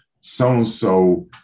so-and-so